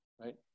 right